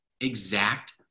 exact